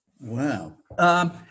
Wow